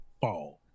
fall